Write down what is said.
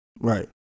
Right